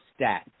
stats